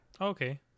Okay